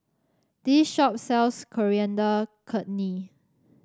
this shop sells Coriander Chutney